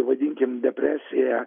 vadinkim depresija